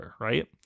Right